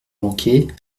manquer